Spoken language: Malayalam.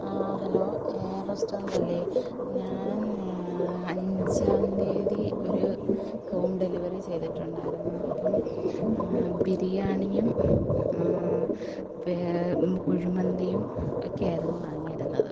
ആ ഹലോ എ ആർ റെസ്റ്റോറൻ്റ് അല്ലേ ഞാൻ അഞ്ചാം തിയ്യതി ഒരു ഹോം ഡെലിവറി ചെയ്തിട്ടുണ്ടായിരുന്നു അപ്പം ബിരിയാണിയും കുഴിമന്തിയും ഒക്കെയായിരുന്നു വാങ്ങിയിരുന്നത്